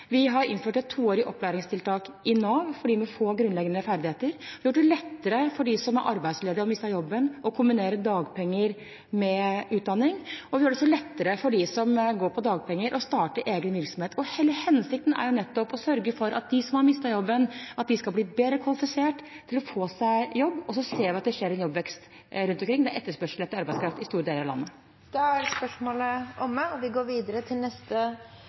Vi har innført et toårig opplæringstiltak i Nav for dem med få grunnleggende ferdigheter. Vi har gjort det lettere for dem som er arbeidsledige og har mistet jobben, å kombinere dagpenger med utdanning. Og vi gjør det også lettere for dem som går på dagpenger, å starte egen virksomhet. Hele hensikten er nettopp å sørge for at de som har mistet jobben, skal bli bedre kvalifisert til å få seg jobb. Vi ser at det er en jobbvekst rundt omkring, og det er etterspørsel etter arbeidskraft i store deler av landet. «Arbeid til alle med jevn lønnsutvikling gjennom kollektive lønnsforhandlinger er